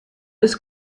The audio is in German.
ist